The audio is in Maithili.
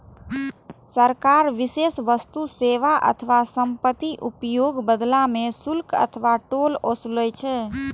सरकार विशेष वस्तु, सेवा अथवा संपत्तिक उपयोगक बदला मे शुल्क अथवा टोल ओसूलै छै